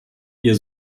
ihr